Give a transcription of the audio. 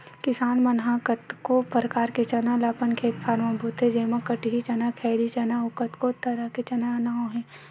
किसान मन ह कतको परकार के चना ल अपन खेत खार म बोथे जेमा कटही चना, खैरी चना अउ कतको तरह के चना के नांव हे